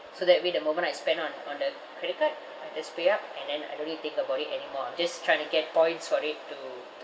so that when the moment I spend on on the credit card I just pay up and then I don't need to think about it anymore I'm just trying to get points for it to